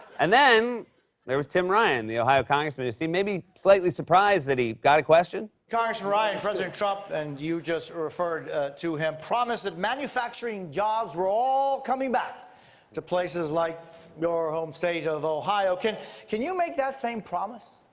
and then there was tim ryan, the ohio congressman, who seemed maybe slightly surprised that he got a question. congressman ryan, president trump and you just referred to him promised that manufacturing jobs were all coming back to places like your home state of ohio. can can you make that same promise?